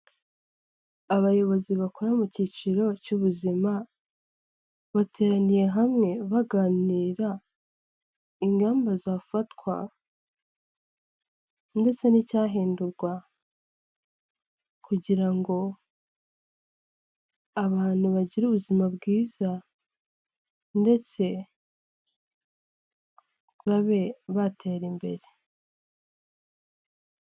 Abayobozi bakora mu cyiciro cy'ubuzima, bateraniye hamwe baganira ingamba zafatwa ndetse n'icyahindurwa, kugira ngo abantu bagire ubuzima bwiza. Ndetse babe batera imbere.